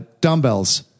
Dumbbells